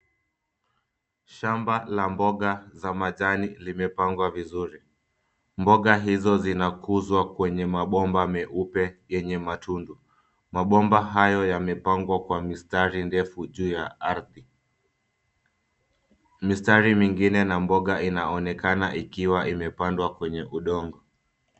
Shamba la mboga za majani limepangwa vizuri. Mboga hizo zina kuzwa kwenye mabomba meupe yenye matundu, mabomba hayo yamepangwa kwa mistari ndefu juu ya ardhi. Mistari mengine na mboga inaonekana ikiwa imepandwa kwenye udongo.